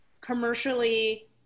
commercially